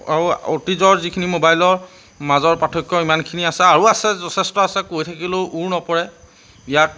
আৰু অতীজৰ যিখিনি মোবাইলৰ মাজৰ পাৰ্থক্য ইমানখিনি আছে আৰু আছে যথেষ্ট আছে কৈ থাকিলেও ওৰ নপৰে ইয়াত